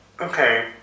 Okay